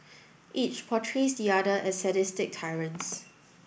each portrays the other as sadistic tyrants